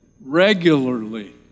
regularly